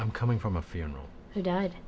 i'm coming from a funeral who died